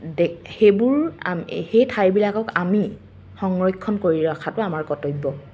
সেইবোৰ সেই ঠাইবিলাকক আমি সংৰক্ষণ কৰি ৰখাটো আমাৰ কৰ্তব্য